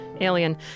Alien